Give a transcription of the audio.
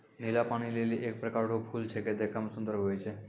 नीला पानी लीली एक प्रकार रो फूल छेकै देखै मे सुन्दर हुवै छै